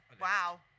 Wow